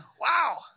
Wow